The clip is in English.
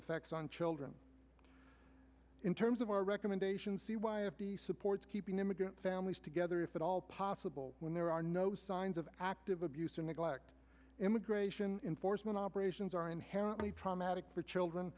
effects on children in terms of our recommendations the why of the supports keeping immigrant families together if at all possible when there are no signs of active abuse or neglect immigration enforcement operations are inherently traumatic for children